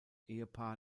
ehepaar